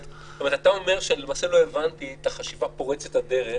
--- אבל אתה אומר שלמעשה לא הבנתי את החשיבה פורצת הדרך